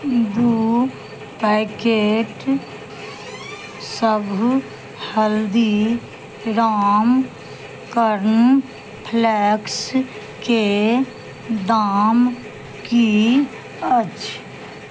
दू पैकेट सभ हल्दीराम कॉर्न फ्लेक्सके दाम की अछि